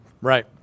right